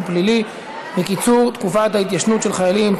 פלילי וקיצור תקופת ההתיישנות של חיילים),